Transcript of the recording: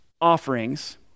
offerings